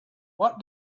what